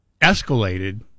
escalated